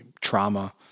trauma